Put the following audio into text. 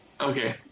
okay